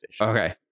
Okay